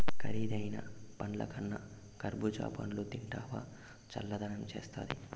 కరీదైన పండ్లకన్నా కర్బూజా పండ్లు తింటివా చల్లదనం చేస్తాది